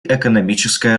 экономическое